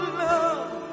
love